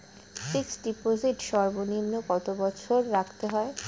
Fixed deposit সর্বনিম্ন কত বছর রাখতে হয়?